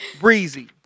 Breezy